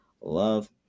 love